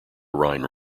rhine